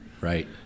Right